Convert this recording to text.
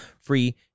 free